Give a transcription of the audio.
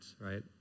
right